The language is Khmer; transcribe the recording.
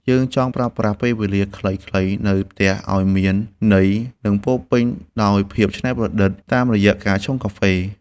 យើងចង់ប្រើប្រាស់ពេលវេលាខ្លីៗនៅផ្ទះឱ្យមានន័យ និងពោរពេញដោយភាពច្នៃប្រឌិតតាមរយៈការឆុងកាហ្វេ។